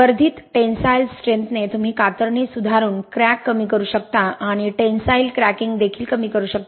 वर्धित टेन्साइलस्ट्रेंथने तुम्ही कातरणे सुधारून क्रॅक कमी करू शकता आणि टेन्साइलक्रॅकिंग देखील कमी करू शकता